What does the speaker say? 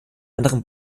anderen